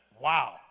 wow